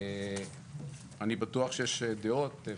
אני בטוח שיש דעות.